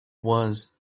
was